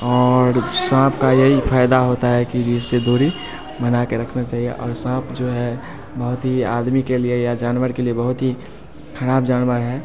और साँप का यही फायदा होता है कि इससे दूरी बना के रखना चाहिए और साँप जो है बहुत ही आदमी के लिए या जानवर के लिए बहुत ही खराब जानवर है